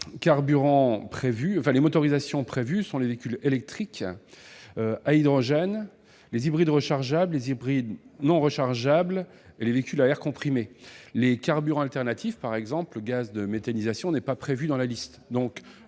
les motorisations prévues sont les véhicules électriques, à hydrogène, les hybrides rechargeables, les hybrides non rechargeables et les véhicules à air comprimé. Les carburants alternatifs, comme le gaz de méthanisation, ne figurent pas sur la liste.